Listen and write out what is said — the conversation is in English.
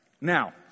Now